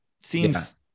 Seems